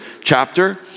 chapter